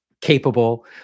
capable